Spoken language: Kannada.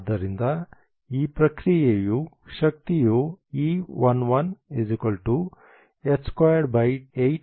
ಆದ್ದರಿಂದ ಈ ಪ್ರಕ್ರಿಯೆಯ ಶಕ್ತಿಯು E1 1h28mL2×2 ಆಗಿದೆ